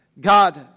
God